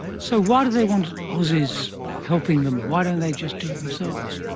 so why do they want aussies helping them? why don't they just do it themselves?